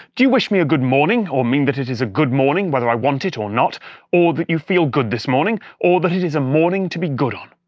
do you wish me a good morning, or mean that it is a good morning whether i want it or not or that you feel good this morning or that it is a morning to be good on